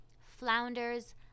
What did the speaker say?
flounders